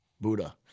Buddha